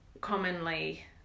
commonly